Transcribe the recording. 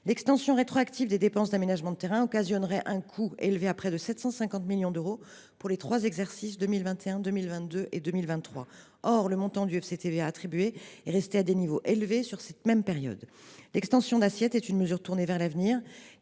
L’extension rétroactive des dépenses d’aménagement de terrains entraînerait un coût évalué à près de 750 millions d’euros pour les exercices 2021, 2022 et 2023. Or le montant du FCTVA attribué est resté à des niveaux élevés au cours de cette même période. L’extension d’assiette est une mesure tournée vers l’avenir,